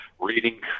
reading